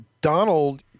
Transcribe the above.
Donald